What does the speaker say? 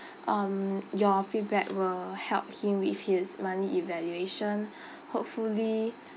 um your feedback will help him with his monthly evaluation hopefully